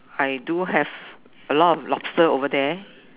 I do have a lot of lobster over there